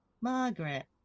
Margaret